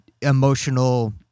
emotional